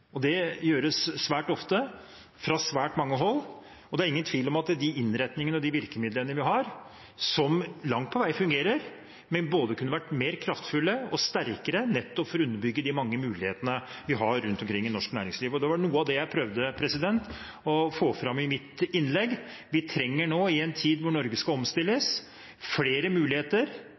Det gjøres svært ofte, fra svært mange hold, og det er ingen tvil om at de innretningene og de virkemidlene vi har – som langt på vei fungerer – kunne vært både mer kraftfulle og sterkere nettopp for å underbygge de mange mulighetene vi har rundt omkring i norsk næringsliv. Det var noe av det jeg prøvde å få fram i mitt innlegg. Vi trenger nå – i en tid der Norge skal omstilles – flere muligheter